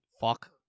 fuck